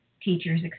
teachers